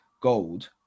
gold